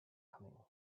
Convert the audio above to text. coming